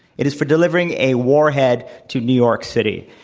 it is for delivering a warhead to new york city.